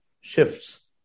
shifts